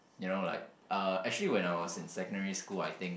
you know like uh actually when I was in secondary school I think